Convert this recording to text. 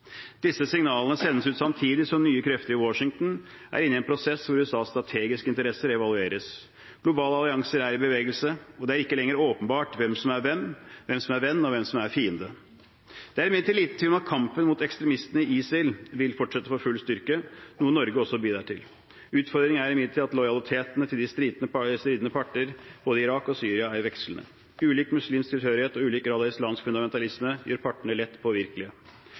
Disse signalene sendes ut samtidig som nye krefter i Washington er inne i en prosess hvor USAs strategiske interesser evalueres. Globale allianser er i bevegelse, og det er ikke lenger åpenbart hvem som er hvem – hvem som er venn, og hvem som er fiende. Det er imidlertid liten tvil om at kampen mot ekstremistene i ISIL vil fortsette for full styrke, noe Norge også bidrar til. Utfordringen er imidlertid at lojaliteten til de stridende parter, i både Irak og Syria, er vekslende. Ulik muslimsk tilhørighet og ulik grad av islamsk fundamentalisme gjør partene lett